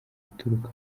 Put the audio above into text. uturuka